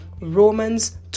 Romans